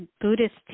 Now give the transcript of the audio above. Buddhist